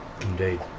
Indeed